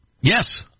Yes